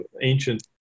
ancient